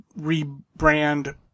rebrand